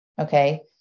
Okay